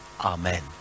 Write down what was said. Amen